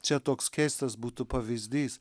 čia toks keistas būtų pavyzdys